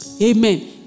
Amen